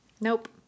Nope